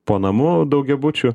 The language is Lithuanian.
po namu daugiabučiu